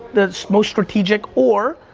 the most strategic, or,